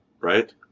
Right